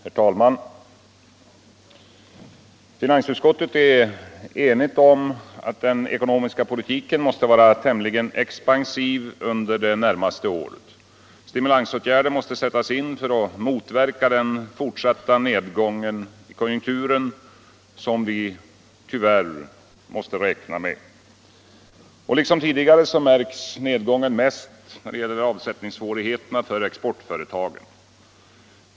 Herr talman! Finansutskottet är enigt om att den ekonomiska politiken måste vara tämligen expansiv under det närmaste året. Stimulansåtgärder måste sättas in för att motverka den fortsatta nedgång i konjunkturen som vi tyvärr måste räkna med. Liksom tidigare märks nedgången mest på avsättningssvårigheterna för exportföretagen.